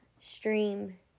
Stream